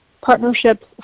partnerships